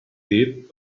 dip